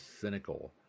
cynical